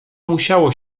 musiało